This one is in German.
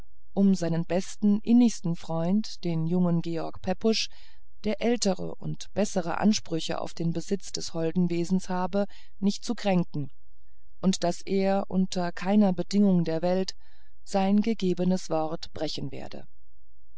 um seinen besten innigsten freund den jungen george pepusch der ältere und bessere ansprüche auf den besitz des holden wesens habe nicht zu kränken und daß er unter keiner bedingung der welt sein gegebenes wort brechen werde